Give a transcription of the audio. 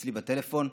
אצלי בטלפון: